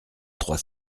trois